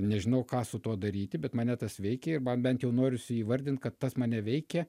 nežinau ką su tuo daryti bet mane tas veikia ir man bent jau norisi įvardint kad tas mane veikia